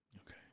Okay